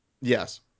Yes